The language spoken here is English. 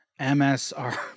MSRP